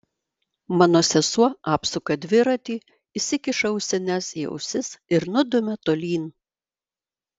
mano sesuo apsuka dviratį įsikiša ausines į ausis ir nudumia tolyn